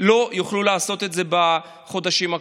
לא יוכלו לעשות את זה בחודשים הקרובים.